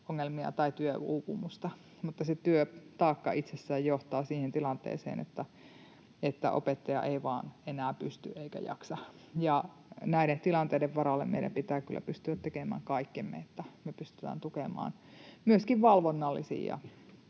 ongelmia tai työuupumusta, se työtaakka itsessään johtaa siihen tilanteeseen, että opettaja ei vaan enää pysty eikä jaksa. Näiden tilanteiden varalle meidän pitää kyllä pystyä tekemään kaikkemme, että me pystytään tukemaan myöskin valvonnallisin